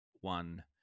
One